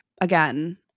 Again